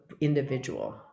individual